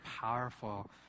powerful